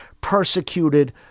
persecuted